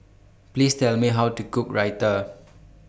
Please Tell Me How to Cook Raita